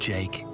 Jake